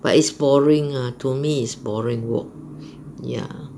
but it's boring lah to me it's boring walk ya